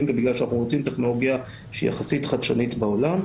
ובגלל שאנחנו רוצים טכנולוגיים שהיא יחסית חדשנית בעולם.